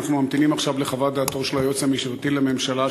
אנחנו ממתינים עכשיו לחוות דעתו של היועץ המשפטי לממשלה,